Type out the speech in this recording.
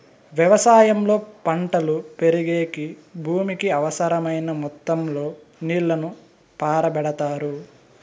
వ్యవసాయంలో పంటలు పెరిగేకి భూమికి అవసరమైనంత మొత్తం లో నీళ్ళను పారబెడతారు